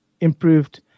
improved